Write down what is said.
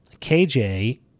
KJ